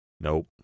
Nope